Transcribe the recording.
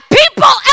people